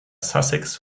sussex